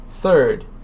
Third